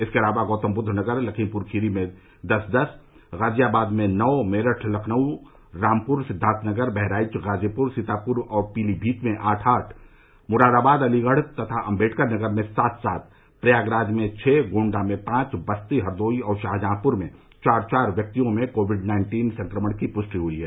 इसके अलावा गौतमबुद्धनगर तथा लखीमपुरखीरी में दस दस गाजियाबाद में नौ मेरठ लखनऊ रामपुर सिद्वार्थनगर बहराइच गाजीपुर सीतापुर और पीलीभीत में आठ आठ मुरादाबाद अलीगढ़ तथा अम्बेडकरनगर में सात सात प्रयागराज में छः गोण्डा में पांच बस्ती हरदोई और शाहजहांपुर में चार चार व्यक्तियों में कोविड नाइन्टीन संक्रमण की पूष्टि हयी है